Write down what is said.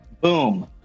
Boom